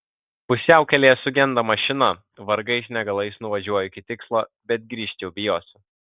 pusiaukelėje sugenda mašina vargais negalais nuvažiuoju iki tikslo bet grįžt jau bijosiu